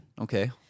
Okay